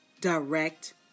direct